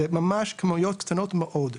זה ממש כמויות קטנות מאוד.